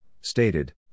stated